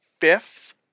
fifth